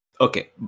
Okay